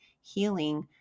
healing